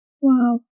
Wow